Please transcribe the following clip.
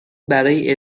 برای